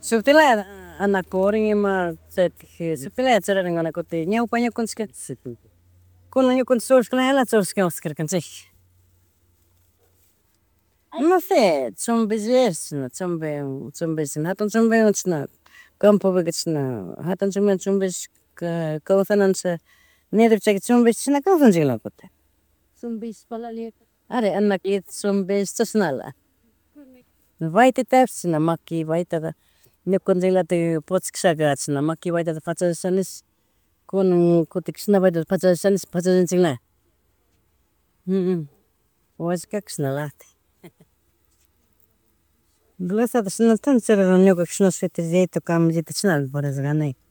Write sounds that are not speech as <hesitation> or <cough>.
Suktilayata <hesitation> anakuren, ima chaytik, shutik layata churarinkunaka kutin, ñawpa ñukanchika. <noise> Kunan ñukanchik churashkalayalatik churishka kawsak karkanchikja. Nose <hesitation> chumbilleresh, chishana chumbe <hesitation> chuberesh na kunan chumbewan chishna campopika, chishna, hatun chumbewan chumbellesh <hesitation> kawsana nisha, <noise> nerdor chay chumbesh chashna kawsanchikala kutin. Chumbishpala, <unintelligible> are anakito chumbish chashnala, <noise> baytitatapish chishna maki baytadad. <noise> Ñukunchiklatik puchkashaka, chishna maqui baytata fatchallishanish <noise> kunan kutin kishna baytabaytita fachallisha nish, fachallinchikla, <hesitation> wallka kashnalatik. <laughs> Blusatash na tanto charidorkani ñukaka chishna sueterllito camisita chishnala puridorkanika. <noise>